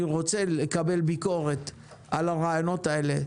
אני רוצה לקבל ביקורת על הרעיונות האלה,